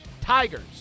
Tigers